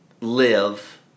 live